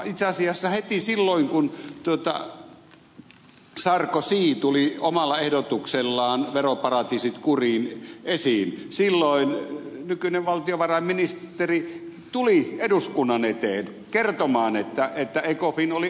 itse asiassa heti silloin kun sarkozy tuli omalla ehdotuksellaan veroparatiisit kuriin esiin nykyinen valtiovarainministeri tuli eduskunnan eteen kertomaan että ecofin oli asiaa käsitellyt